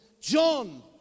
John